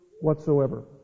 whatsoever